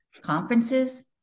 conferences